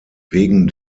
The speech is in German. wegen